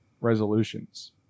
resolutions